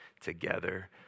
together